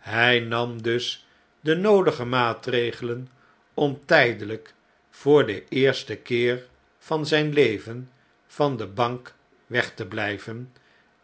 hjj nam dus de noodige maatregelen om tijdelyk voor den eersten keer van zijn leven van de bank weg te blijven